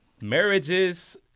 marriages